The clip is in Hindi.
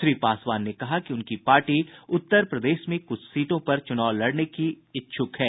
श्री पासवान ने कहा कि उनकी पार्टी उत्तर प्रदेश में कुछ सीटों पर चुनाव लड़ने की इच्छुक है